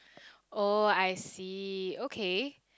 oh I see okay